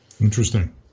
Interesting